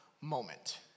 moment